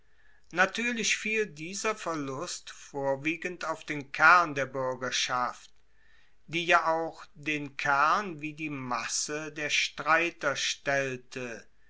natuerlich fiel dieser verlust vorwiegend auf den kern der buergerschaft die ja auch den kern wie die masse der streiter stellte